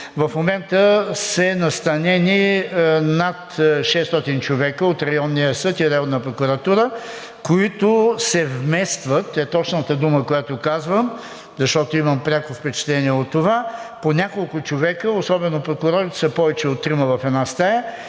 В момента са настанени над 600 човека от Районния съд и Районна прокуратура, които се вместват – е точната дума, която казвам, защото имам пряко впечатление от това – по няколко човека и особено прокурорите са повече от трима в една стая,